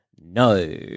No